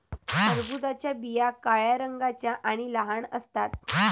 टरबूजाच्या बिया काळ्या रंगाच्या आणि लहान असतात